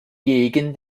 gegen